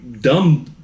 dumb